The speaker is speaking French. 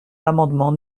l’amendement